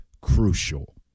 crucial